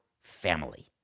family